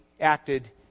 acted